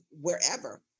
wherever